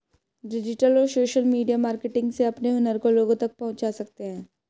digital और social media marketing से अपने हुनर को लोगो तक पहुंचा सकते है